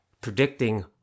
predicting